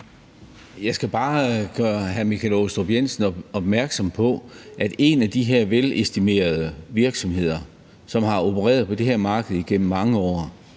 Jeg skal bare gøre hr. Michael Aastrup Jensen opmærksom på, at en af de her velestimerede virksomheder, som har opereret på det her marked igennem mange år,